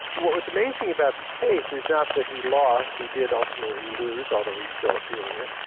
what was amazing about the case is not that he lost, he did ultimately lose although he's still appealing it,